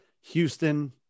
Houston